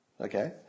Okay